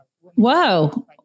Whoa